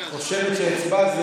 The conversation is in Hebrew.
חושבת שהצבעת?